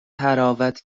تراود